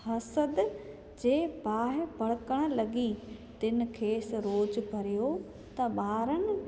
हसद जे बाहि भणकण लॻी तिनि खेसि रोज़ु भरियो त ॿारनि